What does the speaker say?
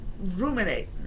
ruminate